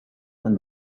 and